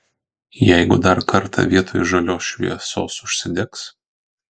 jeigu dar kartą vietoj žalios šviesos užsidegs